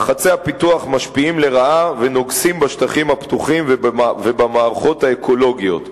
לחצי הפיתוח משפיעים לרעה ונוגסים בשטחים הפתוחים ובמערכות האקולוגיות.